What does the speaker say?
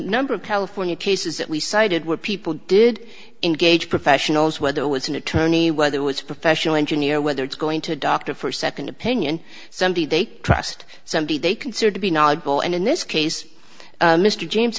number of california cases that we cited where people did engage professionals whether it was an attorney whether was a professional engineer or whether it's going to a doctor for second opinion somebody they trust somebody they consider to be knowledgeable and in this case mr james